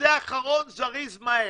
נושא אחרון, זריז, מהר.